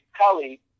Kelly